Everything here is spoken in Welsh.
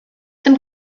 dim